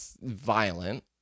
violent